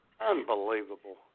Unbelievable